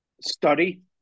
Study